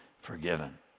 forgiven